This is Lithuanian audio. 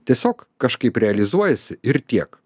tiesiog kažkaip realizuojasi ir tiek